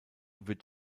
wird